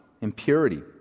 impurity